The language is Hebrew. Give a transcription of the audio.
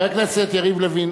חבר הכנסת יריב לוין,